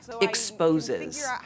exposes